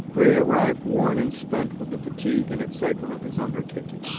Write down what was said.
where he arrived worn and spent with the fatigue and excitement of his undertaking.